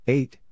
Eight